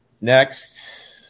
Next